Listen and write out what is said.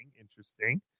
Interesting